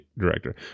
director